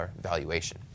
valuation